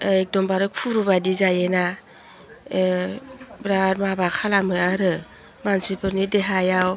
एकदमबारे खुरुबायदि जायोना बेराद माबा खालामो आरो मानसिफोरनि देहायाव